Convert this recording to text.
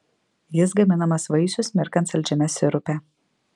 jis gaminamas vaisius mirkant saldžiame sirupe